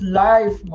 life